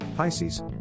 Pisces